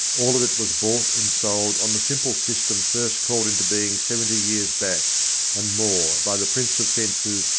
all of it was bought and sold on the simple system first called into being seventy years back and more by the prince of fences,